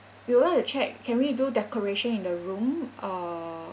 we want to check can we do decoration in the room uh